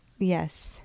Yes